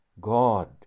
God